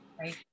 Right